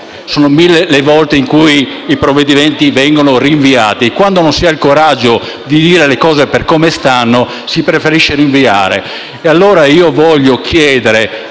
sono mille le volte in cui i provvedimenti vengono rinviati. Quando non si ha il coraggio di dire le cose per come stanno, si preferisce rinviare. Allora, io voglio chiedere